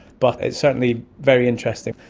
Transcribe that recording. but it's certainly very interesting.